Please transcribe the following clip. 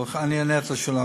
אבל אני אענה על השאלה.